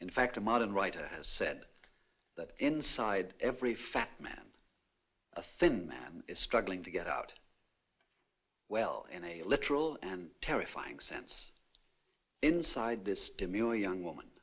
in fact a modern writer has said that inside every fat man a thin man is struggling to get out well in a literal and terrifying sense inside this demurely young woman